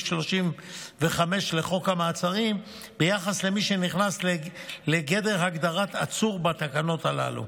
35 לחוק המעצרים ביחס למי שנכנס לגדר הגדרת "עצור" בתקנות הללו,